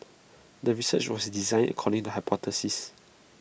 the research was designed according to hypothesis